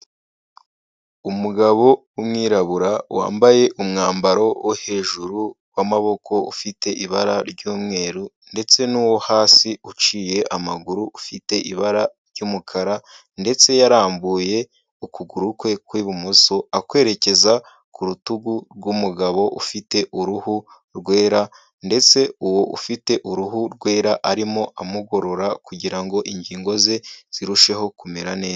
Umugabo w'umwirabura wambaye umwambaro wo hejuru w'amaboko ufite ibara ry'umweru ndetse n'wo hasi uciye amaguru ufite ibara ry'umukara ndetse yarambuye ukuguru kwe kw'ibumoso akwerekeza ku rutugu rw'umugabo ufite uruhu rwera ndetse uwo ufite uruhu rwera arimo amugorora kugira ngo ingingo ze zirusheho kumera neza.